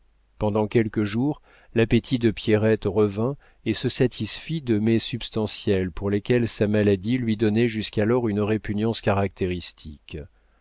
pendant quelques jours l'appétit de pierrette revint et se satisfit de mets substantiels pour lesquels sa maladie lui donnait jusqu'alors une répugnance caractéristique